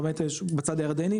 בצד הירדני,